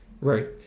Right